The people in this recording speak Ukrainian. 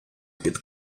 під